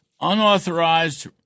unauthorized